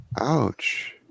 Ouch